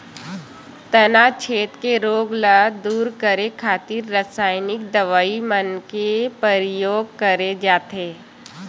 तनाछेद के रोग ल दूर करे खातिर रसाइनिक दवई मन के परियोग करे जाथे